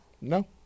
no